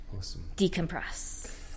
decompress